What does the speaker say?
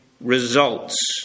results